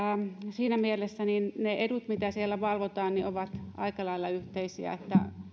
siinä mielessä ne edut mitä siellä valvotaan ovat aika lailla yhteisiä